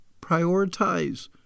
Prioritize